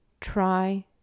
Try